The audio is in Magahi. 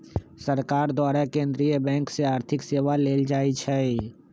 सरकार द्वारा केंद्रीय बैंक से आर्थिक सेवा लेल जाइ छइ